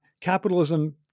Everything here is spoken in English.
capitalism